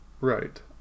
Right